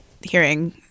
hearing